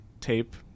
tape